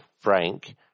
Frank